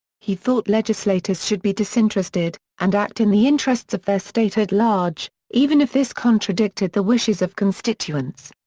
he thought legislators should be disinterested and act in the interests of their state at large, even if this contradicted the wishes of constituents.